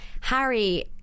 Harry